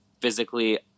physically